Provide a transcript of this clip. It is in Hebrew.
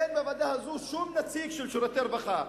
אין בוועדה הזאת שום נציג של שירותי הרווחה,